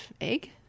egg